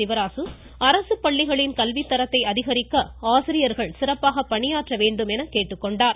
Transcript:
சிவராசு அரசுப்பள்ளிகளின் கல்வித்தரத்தை அதிகரிக்க ஆசிரியர்கள் சிறப்பாக பணியாற்ற வேண்டும் என்று கேட்டுக்கொண்டார்